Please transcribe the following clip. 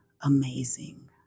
amazing